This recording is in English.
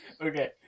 okay